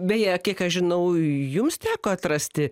beje kiek aš žinau jums teko atrasti